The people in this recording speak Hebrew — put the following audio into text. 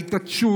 ההתעטשות,